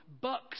bucks